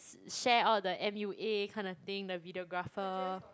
share all the m_u_a kinda thing the videographer